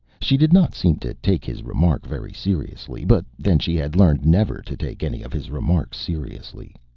she did not seem to take his remark very seriously, but then, she had learned never to take any of his remarks seriously.